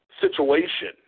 situation